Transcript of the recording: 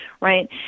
right